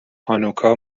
هانوکا